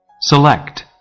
Select